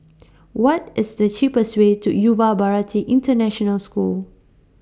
What IS The cheapest Way to Yuva Bharati International School